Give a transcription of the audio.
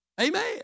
Amen